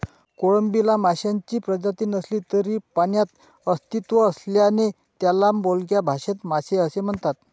कोळंबीला माशांची प्रजाती नसली तरी पाण्यात अस्तित्व असल्याने त्याला बोलक्या भाषेत मासे असे म्हणतात